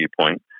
viewpoint